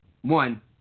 one